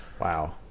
Wow